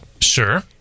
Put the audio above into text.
Sure